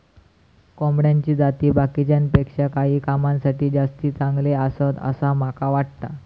कोंबड्याची जाती बाकीच्यांपेक्षा काही कामांसाठी जास्ती चांगले आसत, असा माका वाटता